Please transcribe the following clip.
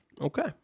Okay